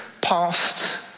past